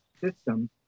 system